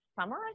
summer